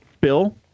Bill